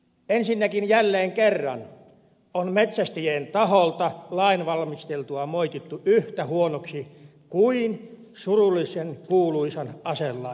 ensinnäkin jälleen kerran on metsästäjien taholta lainvalmistelua moitittu yhtä huonoksi kuin surullisenkuuluisan aselain yhteydessä